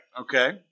Okay